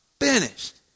Finished